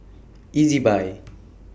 Ezbuy